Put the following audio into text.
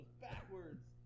backwards